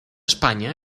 españa